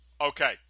Okay